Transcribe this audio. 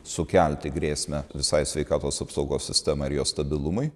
sukelti grėsmę visai sveikatos apsaugos sistemai ir jos stabilumui